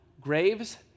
graves